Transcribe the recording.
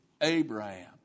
Abraham